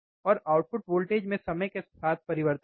और output voltage में समय के साथ परिवर्तन है